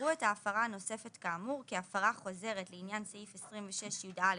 יראו את ההפרה הנוספת כאמור כהפרה חוזרת לעניין סעיף 26יא(ב),